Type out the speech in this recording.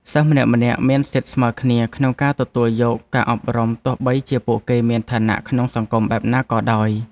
សិស្សម្នាក់ៗមានសិទ្ធិស្មើគ្នាក្នុងការទទួលយកការអប់រំទោះបីជាពួកគេមានឋានៈក្នុងសង្គមបែបណាក៏ដោយ។